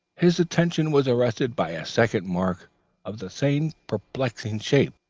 his attention was arrested by a second mark of the same perplexing shape,